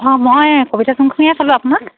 অঁ মই কবিতা ক'লোঁ আপোনাক